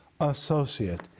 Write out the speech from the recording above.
associate